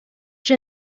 甚至